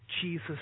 Jesus